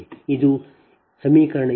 ಇದು 28 27 ಮತ್ತು 29 ಸಮೀಕರಣ